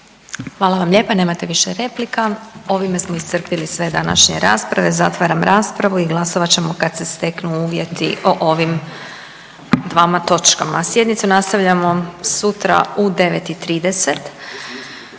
Hvala vam lijepa. Nemate više replika. Ovime smo iscrpile sve današnje rasprave. Zatvaram raspravu i glasovat ćemo kada se steknu uvjeti o ovim dvama točkama. Sjednicu nastavljamo sutra u 9